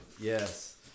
yes